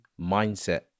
mindset